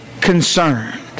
concerned